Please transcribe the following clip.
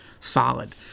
solid